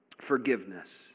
forgiveness